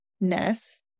ness